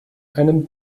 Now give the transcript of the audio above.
einem